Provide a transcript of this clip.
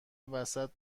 وسط